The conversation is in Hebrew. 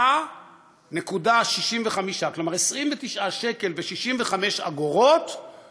29.65. כלומר, 29.65 שקל לחודש.